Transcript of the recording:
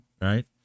right